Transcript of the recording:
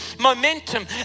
momentum